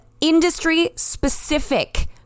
industry-specific